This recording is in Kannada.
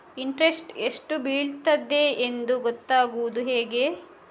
ಇಂಟ್ರೆಸ್ಟ್ ಎಷ್ಟು ಬೀಳ್ತದೆಯೆಂದು ಗೊತ್ತಾಗೂದು ಹೇಗೆ?